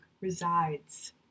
resides